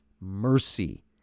mercy